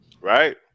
Right